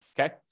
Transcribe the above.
okay